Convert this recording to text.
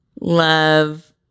love